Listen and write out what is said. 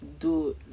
dude